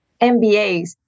MBAs